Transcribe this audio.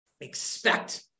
expect